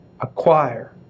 acquire